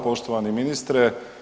Poštovani ministre.